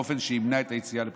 באופן שימנע את היציאה לבחירות.